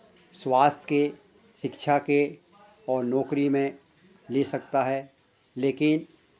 स्वास्थ्य के शिक्षा के और नौकरी में ले सकता है लेकिन